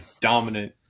dominant